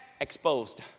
Exposed